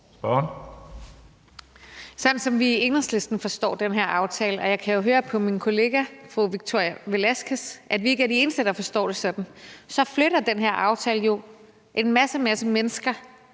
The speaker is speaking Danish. Sådan som vi i Enhedslisten forstår den her aftale – og jeg kan jo høre på min kollega fru Victoria Velasquez, at vi ikke er de eneste, der forstår det sådan – flytter den jo en masse mennesker